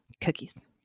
cookies